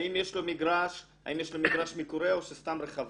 האם יש לו מגרש מקורה או שסתם רחבה?